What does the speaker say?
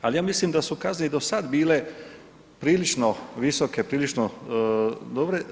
Ali ja mislim da su kazne i do sada bile prilično visoke, prilično dobre.